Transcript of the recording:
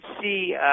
see